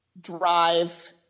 drive